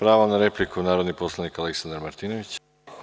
Pravo na repliku, narodni poslanik Aleksandar Martinović.